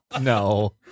No